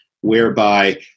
whereby